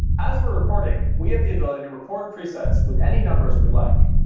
as we're recording, we have the ability to record presets with any numbers we'd like,